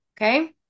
Okay